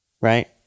right